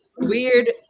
weird